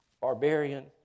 barbarian